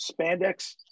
spandex